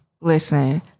listen